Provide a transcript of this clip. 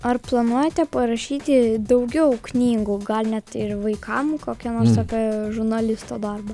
ar planuojate parašyti daugiau knygų gal net ir vaikam kokią nors apie žurnalisto darbą